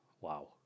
wow